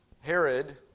Herod